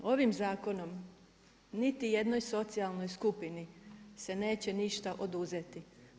Ovim zakonom niti jednoj socijalnoj skupini se neće ništa oduzeti.